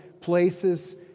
places